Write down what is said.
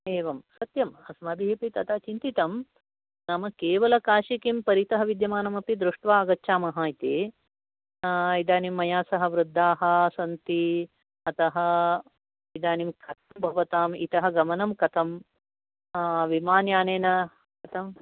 एवं सत्यम् अस्माभिरपि तथा चिन्तितं नाम केवल काशी किं परित विद्यमानम् अपि दृष्ट्वा आगच्छाम इति इदानीं मया सह बृद्धा सन्ति अत इदानीं कथं भवतां इत गमनं कथं विमानयानेन कथम्